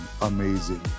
amazing